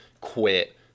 quit